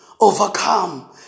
overcome